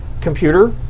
computer